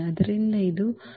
ಆದ್ದರಿಂದ ಇದು 2